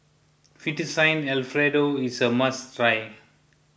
Fettuccine Alfredo is a must try